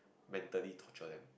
mentally torture them